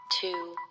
Two